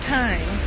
time